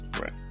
right